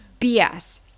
BS